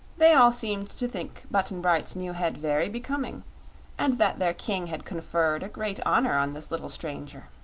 they all seemed to think button-bright's new head very becoming and that their king had conferred a great honor on this little stranger.